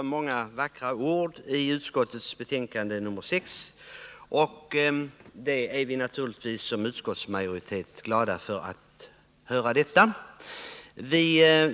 Herr talman! Det sades här att det fanns många vackra ord i jordbruksutskottets betänkande nr 6. Vi i utskottsmajoriteten är naturligtvis glada över att höra detta.